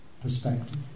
perspective